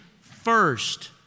first